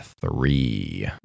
three